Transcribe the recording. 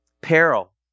Peril